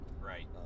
right